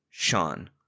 Sean